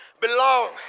belong